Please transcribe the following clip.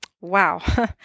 Wow